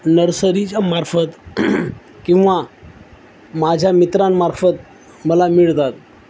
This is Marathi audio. नर्सरीच्या मार्फत किंवा माझ्या मित्रांमार्फत मला मिळतात